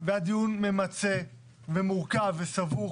והיה דיון ממצה ומורכב וסבוך